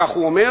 כך הוא אומר,